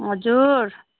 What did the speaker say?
हजुर